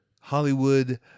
Hollywood